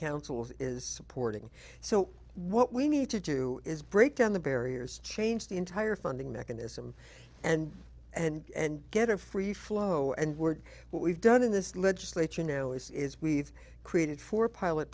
council is supporting so what we need to do is break down the barriers change the entire funding mechanism and and get a free flow and we're what we've done in this legislature now is we've created four pilot